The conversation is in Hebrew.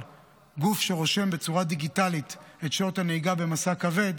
גוף שרושם בצורה דיגיטלית את שעות הנהיגה במשא כבד,